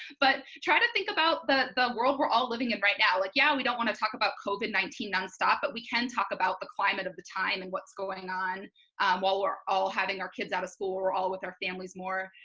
but try to think about the the world we're all living in right now. like yeah we don't want to talk about covid nineteen non-stop but we can talk about the climate of the time and what's going on while we're all having our kids out of school, we're all with our families more.